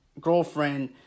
girlfriend